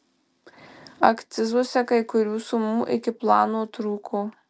akcizuose kai kurių sumų iki plano trūko